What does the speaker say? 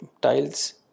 tiles